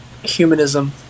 humanism